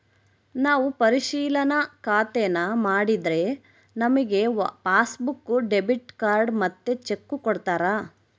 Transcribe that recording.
ನಾವು ಪರಿಶಿಲನಾ ಖಾತೇನಾ ಮಾಡಿದ್ರೆ ನಮಿಗೆ ಪಾಸ್ಬುಕ್ಕು, ಡೆಬಿಟ್ ಕಾರ್ಡ್ ಮತ್ತೆ ಚೆಕ್ಕು ಕೊಡ್ತಾರ